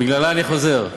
בגללה אני חוזר.